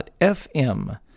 .fm